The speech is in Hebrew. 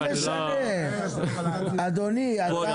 כבוד